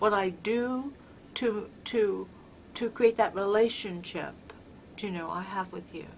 what i do to to to create that relationship you know i have with you